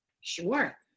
Sure